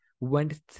Went